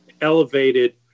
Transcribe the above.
elevated